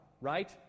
right